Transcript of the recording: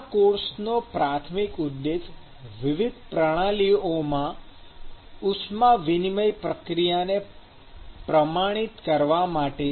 આ કોર્સનો પ્રાથમિક ઉદ્દેશ વિવિધ પ્રણાલીઓમાં ઉષ્મા વિનિમય પ્રક્રિયાને પ્રમાણિત કરવા માટે છે